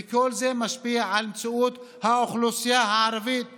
וכל זה משפיע על המציאות של האוכלוסייה הערבית בישראל.